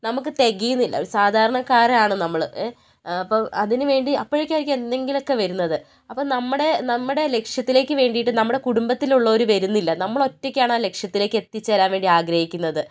നമുക്ക് തികയുന്നില്ല ഒരു സാധാരണക്കാരാണ് നമ്മൾ ഏ അപ്പോൾ അതിനു വേണ്ടി അപ്പോഴേക്കായിരിക്കും എന്തെങ്കിലുമൊക്കെ വരുന്നത് അപ്പോൾ നമ്മുടെ നമ്മുടെ ലക്ഷ്യത്തിലേക്ക് വേണ്ടിയിട്ട് നമ്മുടെ കുടുംബത്തിലുള്ളവർ വരുന്നില്ല നമ്മൾ ഒറ്റയ്ക്കാണ് ആ ലക്ഷ്യത്തിലേക്ക് എത്തി ചേരാൻ വേണ്ടി ആഗ്രഹിക്കുന്നത്